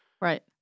Right